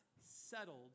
settled